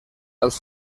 els